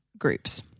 groups